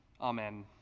Amen